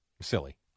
Silly